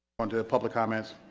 onto public comments